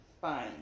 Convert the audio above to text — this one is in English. Fine